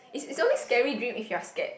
it's it's only scary dream if you are scared